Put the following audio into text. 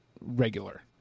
regular